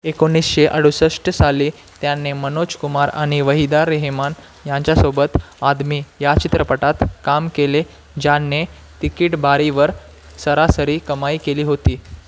एकोणीसशे अडुसष्ट साली त्याने मनोज कुमार आणि वहीदा रेहेमान यांच्यासोबत आदमी या चित्रपटात काम केले ज्याने तिकीटबारीवर सरासरी कमाई केली होती